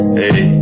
hey